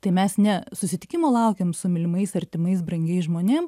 tai mes ne susitikimo laukiam su mylimais artimais brangiais žmonėm